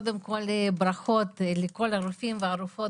קודם כל ברכות לכל הרופאים והרופאות